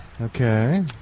Okay